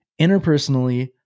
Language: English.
interpersonally